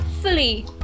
fully